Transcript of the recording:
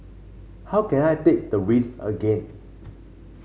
how can I take the risk again